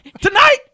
Tonight